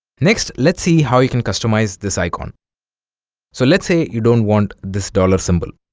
next let's see how you can customize this icon so let's say you don't want this dollar symbol